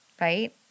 right